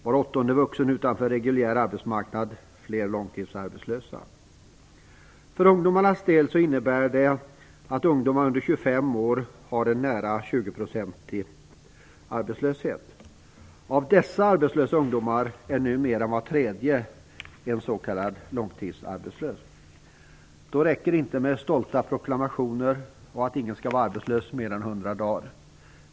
Var åttonde vuxen står utanför den reguljära arbetsmarknaden. Fler är långtidsarbetslösa. För ungdomarna innebär det att arbetslösheten för dem som är under 25 år ligger på närmare 20 %. Av dessa arbetslösa ungdomar är numera var tredje s.k. långtidsarbetslös. Då räcker det inte med stolta proklamationer om att ingen skall vara arbetslös i mer än 100 dagar.